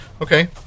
Okay